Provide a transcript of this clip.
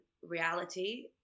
reality